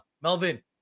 Melvin